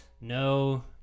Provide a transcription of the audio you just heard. no